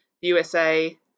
USA